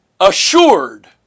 assured